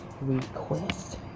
request